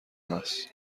هست